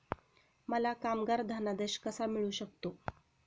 मला कामगार धनादेश कसा मिळू शकतो?